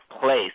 place